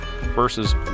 versus